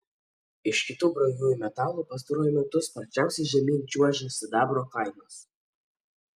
iš kitų brangiųjų metalų pastaruoju metu sparčiausiai žemyn čiuožia sidabro kainos